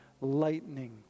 lightning